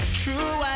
true